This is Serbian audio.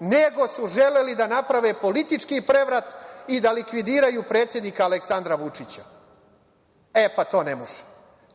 nego su želeli da naprave politički prevrat i da likvidiraju predsednika Aleksandra Vučića.